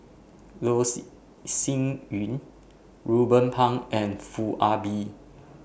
Loh See Sin Yun Ruben Pang and Foo Ah Bee